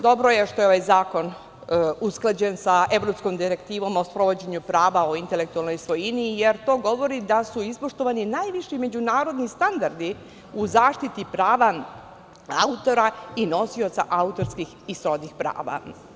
Dobro je što je ovaj zakon usklađen sa Evropskom direktivom o sprovođenju prava o intelektualnoj svojini, jer to govori da su ispoštovani najviši međunarodni standardi u zaštiti prava autora i nosioca autorskih i srodnih prava.